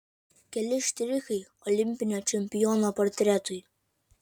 keli štrichai olimpinio čempiono portretui